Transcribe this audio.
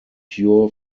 cure